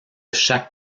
chaque